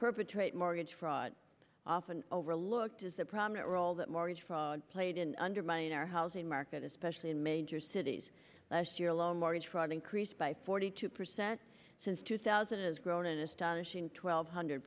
perpetrate mortgage fraud often overlooked is the prominent role that mortgage fraud played in undermining our housing market especially in major cities last year alone mortgage fraud increased by forty two percent since two thousand is grown an astonishing twelve hundred